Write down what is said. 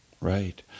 Right